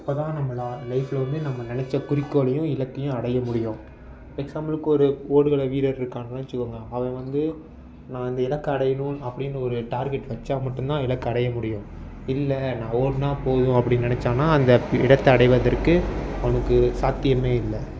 அப்போதான் நம்ம லைஃப்பில் வந்து நம்ம நெனைச்ச குறிக்கோளையும் இலக்கையும் அடைய முடியும் எக்சாம்பிளுக்கு ஒரு ஓடுகள வீரர் இருக்காங்கன்னு வச்சுக்கோங்க அவன் வந்து நான் இந்த இலக்க அடையணும் அப்படின்னு ஒரு டார்கெட் வச்சால் மட்டும்தான் இலக்கை அடைய முடியும் இல்லை நான் ஓடினா போதும் அப்படின்னு நெனைச்சானா அந்த இடத்தை அடைவதற்கு அவனுக்கு சாத்தியம் இல்லை